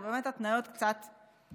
אלה באמת התניות קצת נוקשות,